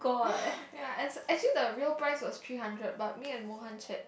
ya and actually the real price was three hundred but me and Mohan shared